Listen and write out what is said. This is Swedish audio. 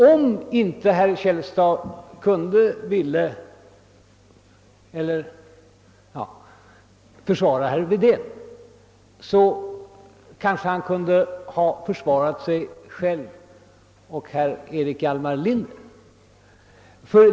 Om herr Källstad inte kunde eller ville försvara herr Wedén, kunde han ändock ha försvarat sig själv och Erik Hjalmar Linder.